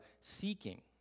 seeking